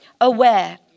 aware